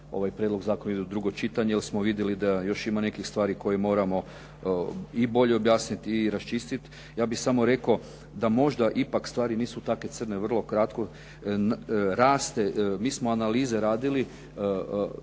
ovaj prijedlog zakona ide u drugo čitanje, jer smo vidjeli da još ima nekih stvari koje moramo i bolje objasniti i raščistiti. Ja bih samo rekao da možda ipak stvari nisu tako crne. Vrlo kratko raste, mi smo analize radili.